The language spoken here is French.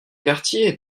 quartiers